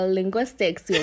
linguistics